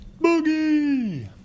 Boogie